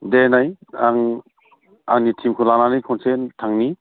देनाय आं आंनि टिमखौ लानानै खनसे थांनि